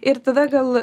ir tada gal